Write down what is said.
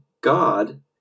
God